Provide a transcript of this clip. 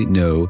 no